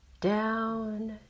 Down